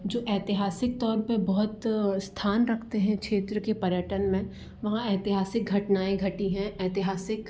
जो ऐतिहासिक तौर पर बहुत स्थान रखते हैं क्षेत्र के पर्यटन में वहाँ ऐतिहासिक घटनाऍं घटी हैं ऐतिहासिक